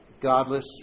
godless